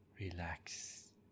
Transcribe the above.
relax